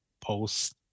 post